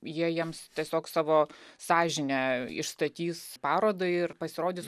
jie jiems tiesiog savo sąžinę išstatys parodai ir pasirodys